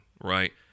right